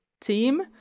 team